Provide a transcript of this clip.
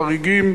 חריגים,